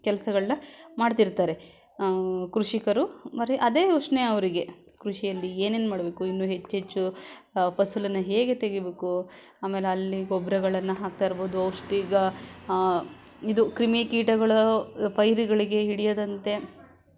ಕೆಲಸಗಳನ್ನು ಮಾಡ್ತಿರ್ತಾರೆ ಕೃಷಿಕರು ಅರೇ ಅದೇ ಯೋಚನೆ ಅವರಿಗೆ ಕೃಷಿಯಲ್ಲಿ ಏನೇನು ಮಾಡಬೇಕು ಇನ್ನೂ ಹೆಚ್ಚೆಚ್ಚು ಫಸಲನ್ನು ಹೇಗೆ ತೆಗೀಬೇಕು ಆಮೇಲಲ್ಲಿ ಗೊಬ್ಬರಗಳನ್ನು ಹಾಕ್ತಾ ಇರ್ಬೋದು ಔಷಧಿಗ ಇದು ಕ್ರಿಮಿಕೀಟಗಳು ಪೈರುಗಳಿಗೆ ಹಿಡಿಯದಂತೆ